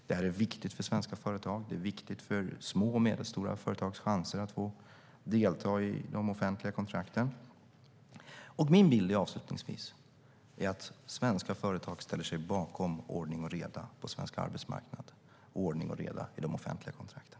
Det är viktigt för svenska företag, viktigt för små och medelstora företags chanser att delta i de offentliga kontrakten. Avslutningsvis: Min bild är att svenska företag ställer sig bakom ordning och reda på svensk arbetsmarknad, ordning och reda i de offentliga kontrakten.